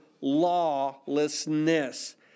lawlessness